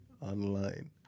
online